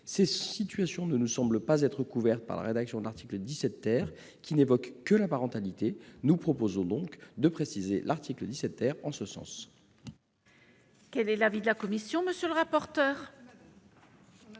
Ces situations ne nous semblent pas couvertes par la rédaction de l'article 17, lequel n'évoque que la parentalité. Nous proposons donc de préciser l'article 17 en ce sens.